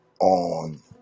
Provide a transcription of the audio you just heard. on